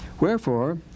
Wherefore